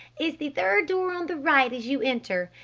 is the third door on the right as you enter.